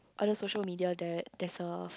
other social media there there's of